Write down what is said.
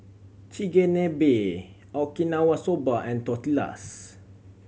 Chigenabe Okinawa Soba and Tortillas